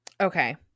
okay